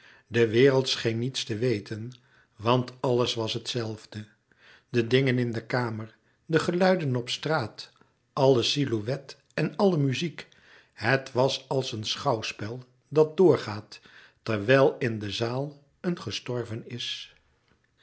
de wereld scheen niets te weten want alles was het zelfde de dingen in de kamer de geluiden op straat alle silhouet en alle muziek het was als een schouwspel dat doorgaat terwijl in de zaal een gestorven is